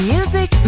Music